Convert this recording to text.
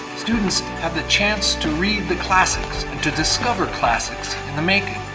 students have the chance to read the classics, and to discover classics in the making.